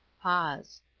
pause.